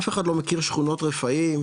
אף אחד לא מכיר שכונות רפאים,